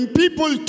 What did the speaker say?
people